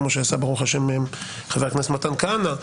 כמו שעשה ברוך השם חבר הכנסת מתן כהנא,